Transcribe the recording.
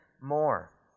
more